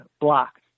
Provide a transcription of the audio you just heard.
blocked